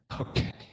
Okay